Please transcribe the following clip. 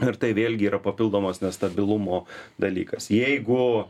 ir tai vėlgi yra papildomas nestabilumo dalykas jeigu